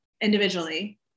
individually